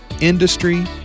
industry